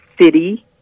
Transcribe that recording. City